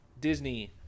Disney –